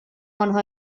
آنها